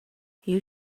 you